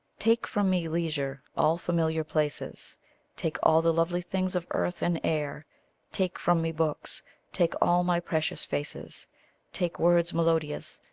take from me leisure, all familiar places take all the lovely things of earth and air take from me books take all my precious faces take words melodious,